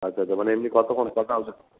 আচ্ছা আচ্ছা মানে এমনি কতোক্ষণ কটা অবধি